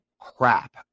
crap